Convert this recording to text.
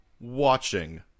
watching